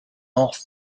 off